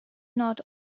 not